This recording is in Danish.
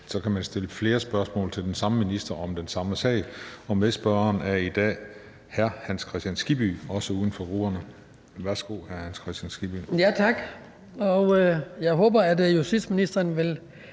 at man kan stille flere spørgsmål til den samme minister om den samme sag. Og medspørgeren er her i dag hr. Hans Kristian Skibby, også uden for grupperne. Værsgo til hr. Hans Kristian Skibby.